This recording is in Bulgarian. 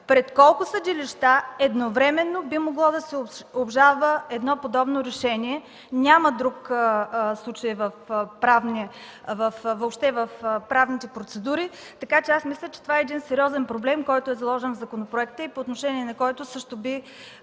пред колко съдилища едновременно би могло да се обжалва подобно решение? Няма друг случай в правните процедури. Аз мисля, че това е един сериозен проблем, който е заложен в законопроекта и по отношение на който също би